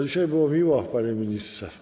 Dzisiaj było miło, panie ministrze.